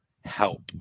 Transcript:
help